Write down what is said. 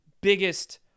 biggest